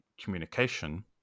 communication